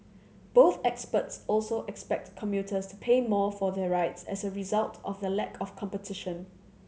both experts also expect commuters to pay more for their rides as a result of the lack of competition